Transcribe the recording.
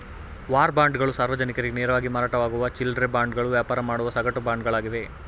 war ಬಾಂಡ್ಗಳು ಸಾರ್ವಜನಿಕರಿಗೆ ನೇರವಾಗಿ ಮಾರಾಟವಾಗುವ ಚಿಲ್ಲ್ರೆ ಬಾಂಡ್ಗಳು ವ್ಯಾಪಾರ ಮಾಡುವ ಸಗಟು ಬಾಂಡ್ಗಳಾಗಿವೆ